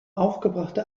aufgebrachte